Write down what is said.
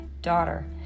daughter